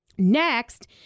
Next